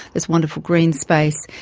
there's wonderful green space.